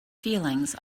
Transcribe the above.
feelings